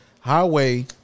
Highway